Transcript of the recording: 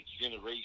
generation